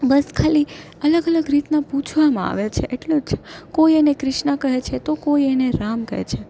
બસ ખાલી અલગ અલગ રીતના પૂછવામાં આવે છે એટલે જ કોઈ એને ક્રિષ્ના કહે છે તો કોઈ એને રામ કહે છે